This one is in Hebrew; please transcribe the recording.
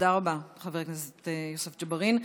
תודה רבה, חבר הכנסת יוסף ג'בארין.